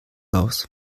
aus